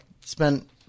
spent